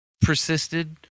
persisted